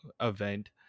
event